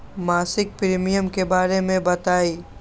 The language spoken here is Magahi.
मासिक प्रीमियम के बारे मे बताई?